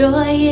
Joy